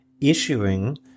issuing